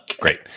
great